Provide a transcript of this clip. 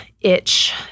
itch